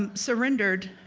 um surrendered